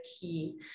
key